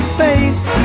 face